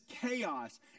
chaos